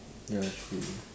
ya true